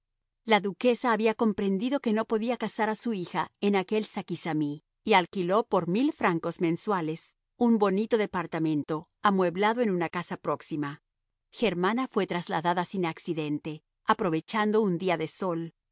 la duquesa había comprendido que no podía casar a su hija en aquel zaquizamí y alquiló por mil francos mensuales un bonito departamento amueblado en una casa próxima germana fue trasladada sin accidente aprovechando un día de sol